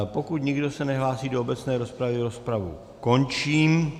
Pokud se nikdo nehlásí do obecné rozpravy, rozpravu končím.